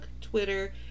Twitter